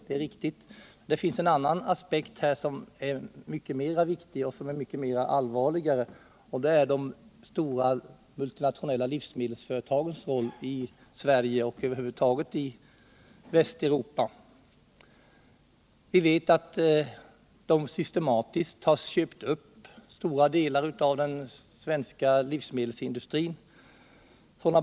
Det finns — Jordbrukspolitien annan aspekt som är mycket mer viktig och allvarlig, och det är — ken, m.m. de stora multinationella livsmedelsföretagens roll i Sverige och Västeuropa över huvud taget. De har systematiskt köpt upp stora delar av den svenska livsmedelsindustrin.